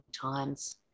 times